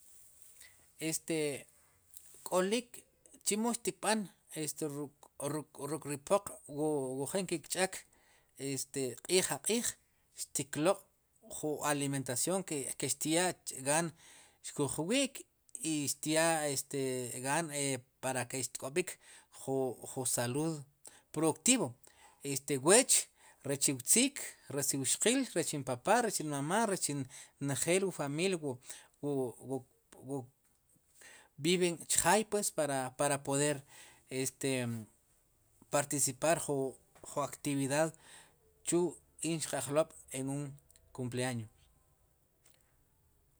Este k'olik chemo xtib'an ruk' ri poq wu jin ki' kch'aak q'iij a q'iij xtikloq' jun alimentación ke xtyaa gaan xkuj wi'k i xyaa gaan para ke xtk'ob'ik ju jun salud productivo este weech, rech wxqiil, rech npapá rech nmamá rech njel wu familia wu, viven chjaay pwe para poder este participar jun actividad chu in wxq'ajlob' en un kumpleaño.